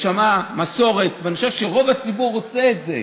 שמה, מסורת, ואני חושב שרוב הציבור רוצה את זה.